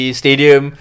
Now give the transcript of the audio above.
stadium